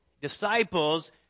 Disciples